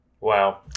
wow